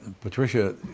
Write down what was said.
Patricia